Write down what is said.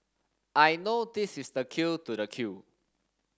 I know this is the queue to the queue